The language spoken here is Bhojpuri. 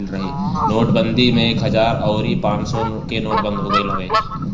नोटबंदी में एक हजार अउरी पांच सौ के नोट बंद हो गईल रहे